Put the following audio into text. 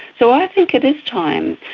so i think it is time.